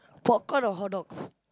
popcorn or hotdogs